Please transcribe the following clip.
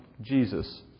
Jesus